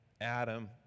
Adam